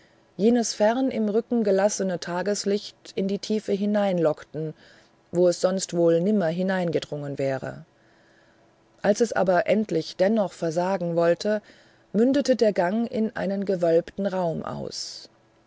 jenes fern im rücken gelassene tageslicht in tiefen hineinlockte wo es sonst wohl nimmer hineingedrungen wäre als es aber endlich dennoch versagen wollte mündete der gang in einen gewölbten raum aus